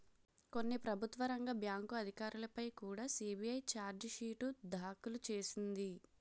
కొన్ని ప్రభుత్వ రంగ బ్యాంకు అధికారులపై కుడా సి.బి.ఐ చార్జి షీటు దాఖలు చేసింది